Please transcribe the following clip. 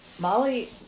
Molly